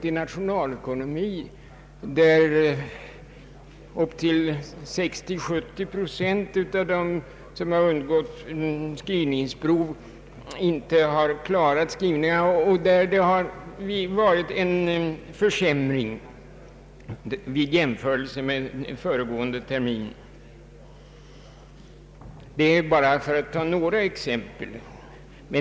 I det sistnämnda ämnet har upp till 60—70 procent av dem som undergått skrivningsprov inte klarat dessa, och det har varit en försämring i förhållande till föregående termin. Detta var bara några exempel.